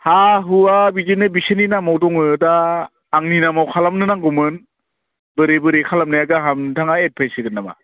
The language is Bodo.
हा हुआ बिदिनो बिसोरनि नामाव दङो दा आंनि नामाव खालामनो नांगौंमोन बोरै बोरै खालामनाया गाहाम नोंथाङा एडभाइस होगोन नामा